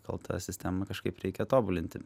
kalta sistema kažkaip reikia tobulinti